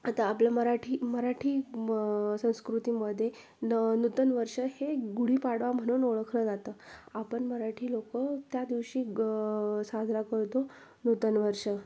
आता आपलं मराठी मराठी म संस्कृतीमध्ये न नूतन वर्ष हे गुढीपाडवा म्हणून ओळखलंं जातं आपण मराठी लोक त्या दिवशी ग साजरा करतो नूतन वर्ष